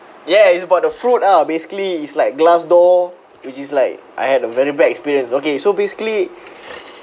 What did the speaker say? ya is about the fruit ah basically it's like glass door which is like I had a very bad experience okay so basically